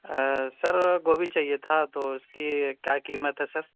سر گوبھی چاہیے تھا تو اس کی کیا قیمت ہے سر